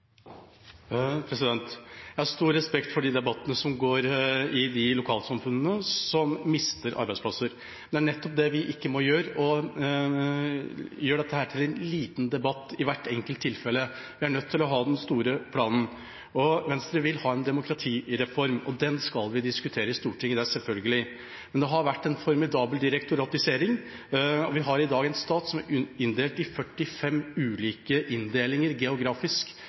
Jeg har stor respekt for de debattene som går i de lokalsamfunnene som mister arbeidsplasser. Det er nettopp det vi ikke må gjøre, gjøre dette til en liten debatt i hvert enkelt tilfelle. Vi er nødt til å ha den store planen. Venstre vil ha en demokratireform, og den skal vi diskutere i Stortinget – det er selvfølgelig. Men det har vært en formidabel direktoratisering, og vi har i dag en stat som er inndelt i 45 ulike inndelinger geografisk.